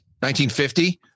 1950